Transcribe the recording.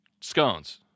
Scones